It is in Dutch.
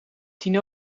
tien